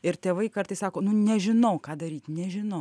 ir tėvai kartais sako nu nežinau ką daryt nežinau